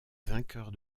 vainqueurs